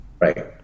Right